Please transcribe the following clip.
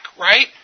right